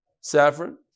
Saffron